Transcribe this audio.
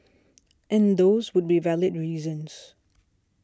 and those would be valid reasons